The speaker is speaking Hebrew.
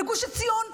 בגוש עציון,